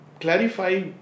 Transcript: clarify